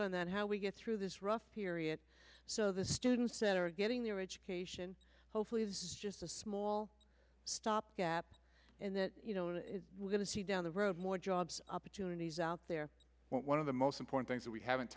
on that how we get through this rough period so the students that are getting their education hopefully this is just a small stop gap and that you know we're going to see down the road more jobs opportunities out there one of the most important things that we haven't